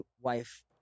wife